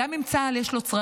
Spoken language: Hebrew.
גם אם לצה"ל יש צרכים,